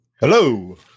Hello